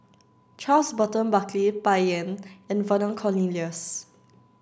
Charles Burton Buckley Bai Yan and Vernon Cornelius